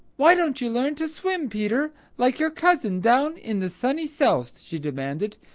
why don't you learn to swim, peter, like your cousin down in the sunny south? she demanded.